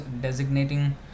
designating